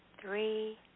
Three